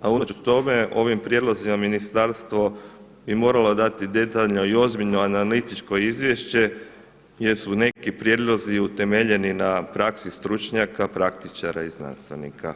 a unatoč tome ovim prijedlozima ministarstvo bi moralo dati detaljno i ozbiljno analitičko izvješće jer su neki prijedlozi utemeljeni na praksi stručnjaka, praktičara i znanstvenika.